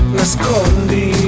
nascondi